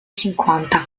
cinquanta